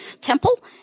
temple